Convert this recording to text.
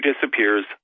disappears